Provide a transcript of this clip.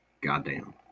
Goddamn